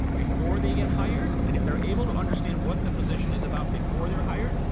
before they get hired and if they're able to understand what the position is about before they're hired,